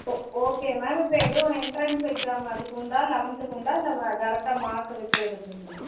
ஓ okay ma'am இப்போ எதுவும் entrance exam அதுக்கு உண்டா லெவன்த்துக்கு உண்டா இல்லை டைரெக்ட்டா மார்க்கை வெச்சே இது பண்ணிடு